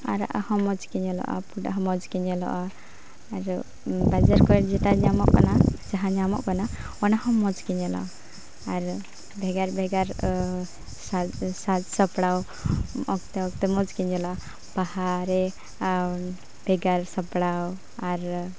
ᱟᱨᱟᱜᱟᱜ ᱦᱚᱸ ᱢᱚᱡᱽᱜᱮ ᱧᱮᱞᱚᱜᱼᱟ ᱯᱳᱸᱰᱟᱜ ᱦᱚᱸ ᱢᱚᱡᱽᱜᱮ ᱧᱮᱞᱚᱜᱼᱟ ᱟᱨ ᱵᱟᱡᱟᱨ ᱠᱚᱨᱮ ᱡᱮᱴᱟ ᱧᱟᱢᱚᱜ ᱠᱟᱱᱟ ᱡᱟᱦᱟᱸ ᱧᱟᱢᱚᱜ ᱠᱟᱱᱟ ᱚᱱᱟᱦᱚᱸ ᱢᱚᱡᱽᱜᱮ ᱧᱮᱞᱚᱜᱼᱟ ᱟᱨ ᱵᱷᱮᱜᱟᱨᱼᱵᱷᱮᱜᱟᱨ ᱥᱟᱡᱽ ᱥᱟᱡᱽᱼᱥᱟᱯᱲᱟᱣ ᱚᱠᱛᱮ ᱚᱠᱛᱮ ᱢᱚᱡᱽᱜᱮ ᱧᱮᱞᱚᱜᱼᱟ ᱵᱟᱦᱟᱨᱮ ᱵᱷᱮᱜᱟᱨ ᱥᱟᱯᱲᱟᱣ ᱟᱨ